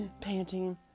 panting